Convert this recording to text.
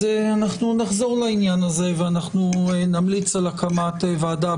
אז אנחנו נחזור לעניין הזה ונמליץ על הקמת ועדה,